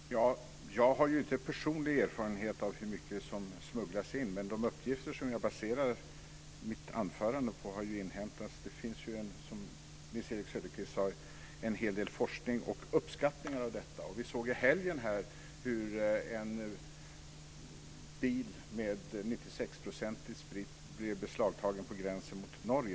Fru talman! Jag har ju inte personlig erfarenhet av hur mycket som smugglas in, men jag baserar mitt anförande på inhämtade uppgifter. Det finns ju, som Nils-Erik Söderqvist sade, en hel del forskning och uppskattningar på området. Jag såg i helgen en uppgift om att en bil lastad med 96-procentig sprit blev beslagtagen vid gränsen till Norge.